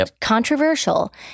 controversial